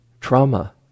trauma